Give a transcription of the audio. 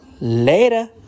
Later